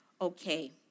okay